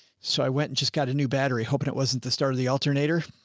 so i went and just got a new battery, hoping it wasn't the start of the alternator.